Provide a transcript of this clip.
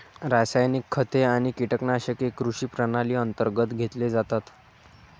रासायनिक खते आणि कीटकनाशके कृषी प्रणाली अंतर्गत घेतले जातात